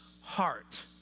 heart